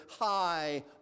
high